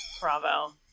Bravo